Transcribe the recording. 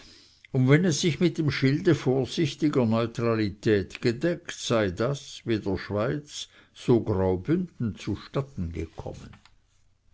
und wenn es sich mit dem schilde vorsichtiger neutralität gedeckt sei das wie der schweiz so graubünden zustatten gekommen